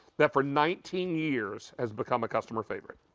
that for nineteen years, has become a customer favorite.